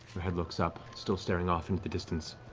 her head looks up, still staring off into the distance.